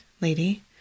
lady